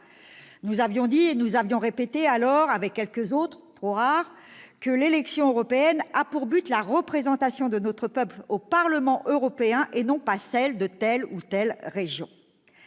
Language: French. Nous avions dit et répété avec quelques autres- trop rares -que les élections européennes ont pour objet la représentation de notre peuple au Parlement européen et non pas celle de telle ou telle région.